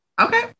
okay